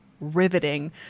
riveting